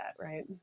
right